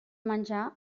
menjar